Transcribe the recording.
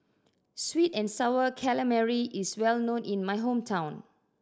sweet and Sour Calamari is well known in my hometown